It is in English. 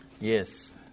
Yes